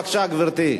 בבקשה, גברתי.